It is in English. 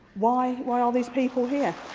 why why are these people here?